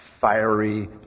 fiery